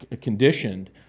conditioned